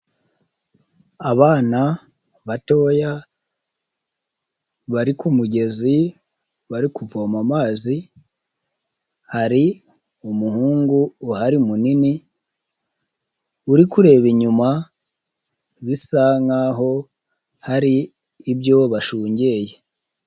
Abana batoya bari kumugezi, bari kuvoma amazi, hari umuhungu uhari munini, uri kureba inyuma, bisa nk'aho hari ibyo bashungeye.